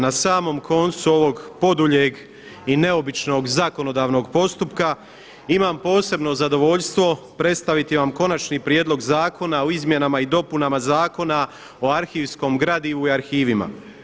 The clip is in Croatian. Na samom koncu ovog poduljeg i neobičnog zakonodavnog postupka imam posebno zadovoljstvo predstaviti vam Konačni prijedlog zakona o izmjenama i dopunama Zakona o arhivskom gradivu i arhivima.